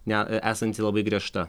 ne esanti labai griežta